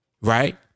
Right